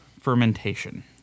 fermentation